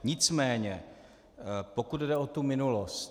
Nicméně pokud jde o tu minulost.